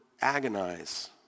agonize